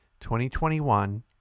2021